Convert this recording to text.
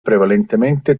prevalentemente